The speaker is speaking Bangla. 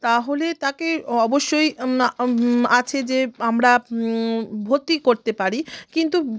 তাহলে তাকে অবশ্যই আছে যে আমরা ভর্তি করতে পারি কিন্তু